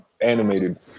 animated